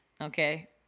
okay